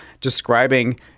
describing